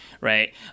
right